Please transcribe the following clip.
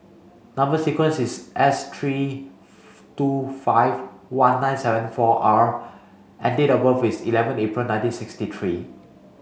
number sequence is S three two five one nine seven four R and date of birth is eleven April nineteen sixty three